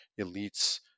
elites